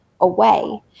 away